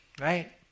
Right